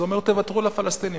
זה אומר: תוותרו לפלסטינים.